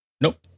Nope